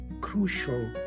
crucial